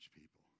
people